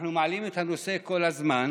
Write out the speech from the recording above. אנחנו מעלים את הנושא כל הזמן,